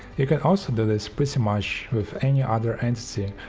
you can also do this pretty much with any other entity,